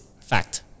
fact